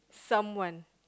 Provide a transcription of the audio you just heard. someone